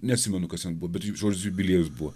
neatsimenu kas ten buvo bet žodžiu jubiliejus buvo